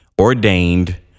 ordained